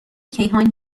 کیهان